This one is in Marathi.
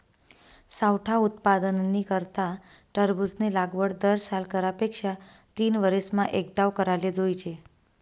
सावठा उत्पादननी करता टरबूजनी लागवड दरसाल करा पेक्षा तीनवरीसमा एकदाव कराले जोइजे